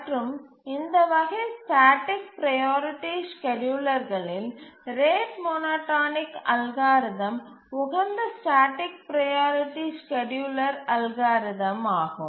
மற்றும் இந்த வகை ஸ்டேட்டிக் ப்ரையாரிட்டி ஸ்கேட்யூலர்களில் ரேட் மோனோடோனிக் அல்காரிதம் உகந்த ஸ்டேட்டிக் ப்ரையாரிட்டி ஸ்கேட்யூலர் அல்காரிதம் ஆகும்